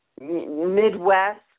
Midwest